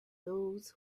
those